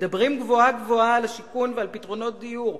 מדברים גבוהה-גבוהה על השיכון ועל פתרונות דיור.